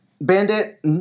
Bandit